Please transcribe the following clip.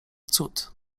cud